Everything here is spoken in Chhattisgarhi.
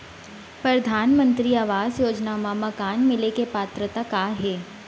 परधानमंतरी आवास योजना मा मकान मिले के पात्रता का हे?